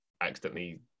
accidentally